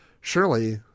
surely